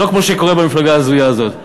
לא כמו שקורה במפלגה ההזויה הזאת.